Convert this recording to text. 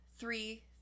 three